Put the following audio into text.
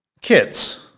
Kids